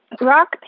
rock